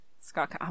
Scott